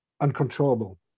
uncontrollable